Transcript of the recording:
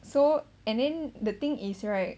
so and then the thing is right